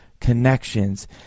connections